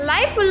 Life